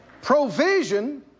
provision